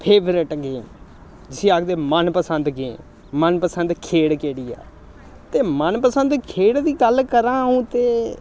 favourite game जिस्सी आखदे मन पसंद गेम मनपसंद खेढ केह्ड़ी ऐ ते मनपसंद खेढ दी गल्ल करां अ'ऊं ते